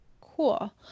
Cool